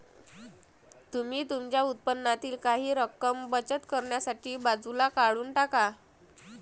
तुम्ही तुमच्या उत्पन्नातील काही रक्कम बचत करण्यासाठी बाजूला काढून टाका